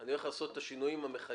אני הולך להכניס את השינויים המחייבים